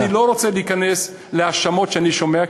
אני לא רוצה להיכנס להאשמות שאני שומע,